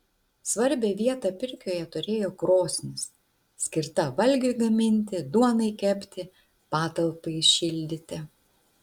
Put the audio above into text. svarbią vietą pirkioje turėjo krosnis skirta valgiui gaminti duonai kepti patalpai šildyti